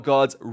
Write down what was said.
God's